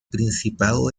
principado